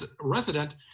resident